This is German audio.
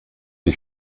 die